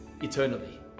Eternally